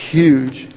huge